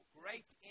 great